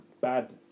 bad